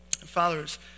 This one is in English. Fathers